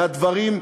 מהדברים,